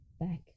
back